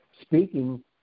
speaking